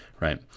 Right